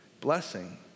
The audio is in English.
blessing